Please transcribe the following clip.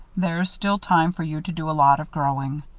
there's still time for you to do a lot of growing.